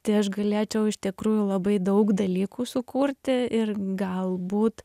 tai aš galėčiau iš tikrųjų labai daug dalykų sukurti ir galbūt